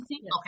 Okay